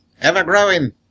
Ever-growing